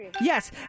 Yes